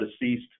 deceased